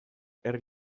herri